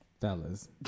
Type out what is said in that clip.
fellas